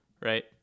Right